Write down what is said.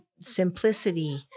simplicity